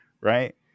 Right